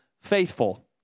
faithful